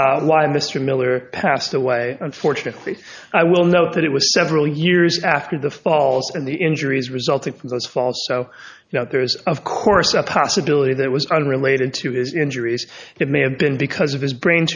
why mr miller passed away unfortunately i will note that it was several years after the falls and the injuries resulting from those fall so now there is of course a possibility that was unrelated to his injuries it may have been because of his brain